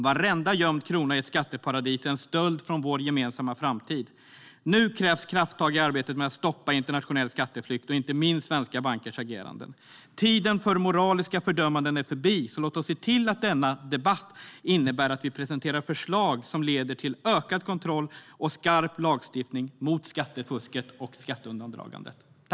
Varenda gömd krona i ett skatteparadis är en stöld från vår gemensamma framtid. Nu krävs krafttag i arbetet med att stoppa internationell skatteflykt och inte minst svenska bankers agerande. Tiden för moraliska fördömanden är förbi. Låt oss därför se till att denna debatt innebär att vi presenterar förslag som leder till ökad kontroll och skarp lagstiftning mot skattefusket och skatteundandragandet.